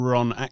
Ron